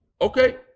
Okay